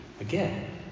Again